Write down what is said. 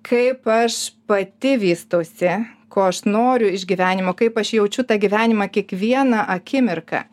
kaip aš pati vystausi ko aš noriu iš gyvenimo kaip aš jaučiu tą gyvenimą kiekvieną akimirką